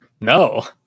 No